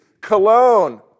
cologne